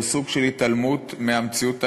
זהו סוג של התעלמות מהמציאות הישראלית,